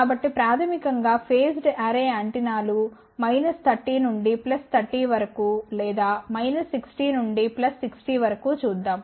కాబట్టి ప్రాథమికం గా ఫేజ్డ్ అర్రే యాంటెనాలు 30 నుండి 30 వరకు లేదా 60 నుండి 60వరకు చూద్దాం